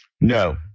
no